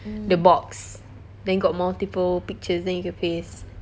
the box then got multiple pictures then you can paste